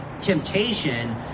temptation